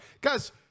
Guys